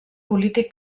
polític